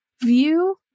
view